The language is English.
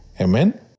Amen